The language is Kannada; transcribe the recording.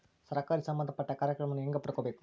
ಸರಕಾರಿ ಸಂಬಂಧಪಟ್ಟ ಕಾರ್ಯಕ್ರಮಗಳನ್ನು ಹೆಂಗ ಪಡ್ಕೊಬೇಕು?